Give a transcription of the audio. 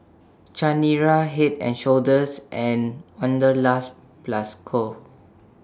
Chanira Head and Shoulders and Wanderlust Plus Co